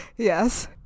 yes